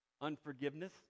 Unforgiveness